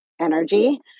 energy